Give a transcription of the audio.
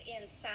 inside